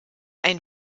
ein